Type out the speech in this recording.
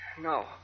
No